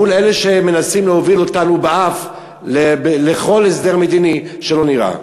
מול אלה שמנסים להוביל אותנו באף לכל הסדר מדיני שלא נראה.